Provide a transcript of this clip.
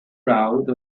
crowd